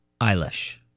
Eilish